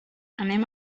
anem